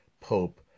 Pope